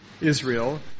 Israel